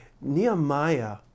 Nehemiah